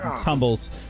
tumbles